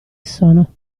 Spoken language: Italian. sono